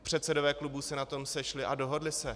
Předsedové klubů se na tom sešli a dohodli se.